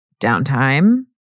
downtime